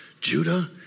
Judah